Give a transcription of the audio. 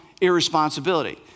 irresponsibility